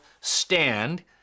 stand